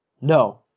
No